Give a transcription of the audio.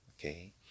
Okay